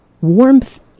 warmth